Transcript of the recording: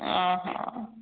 ଓଃ ହ